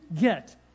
get